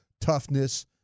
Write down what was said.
toughness